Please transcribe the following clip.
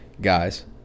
Guys